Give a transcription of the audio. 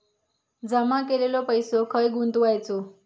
जमा केलेलो पैसो खय गुंतवायचो?